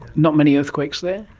not many earthquakes there?